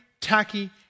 tacky